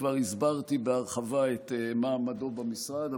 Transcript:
כבר הסברתי בהרחבה את מעמדו במשרד,